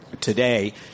Today